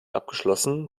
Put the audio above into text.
abgeschlossen